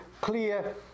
clear